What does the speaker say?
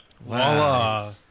Voila